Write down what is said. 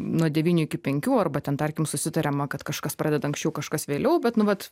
nuo devynių iki penkių arba ten tarkim susitariama kad kažkas pradeda anksčiau kažkas vėliau bet nu vat